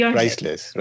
priceless